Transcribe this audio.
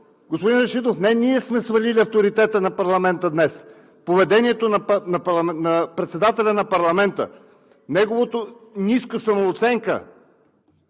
господин Рашидов, не ние сме свалили авторитета на парламента днес. Поведението на председателя на парламента, неговата ниска самооценка,